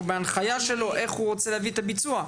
או בהנחיה שלו איך הוא רוצה להביא את הביצוע.